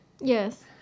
Yes